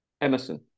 Emerson